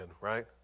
right